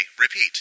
repeat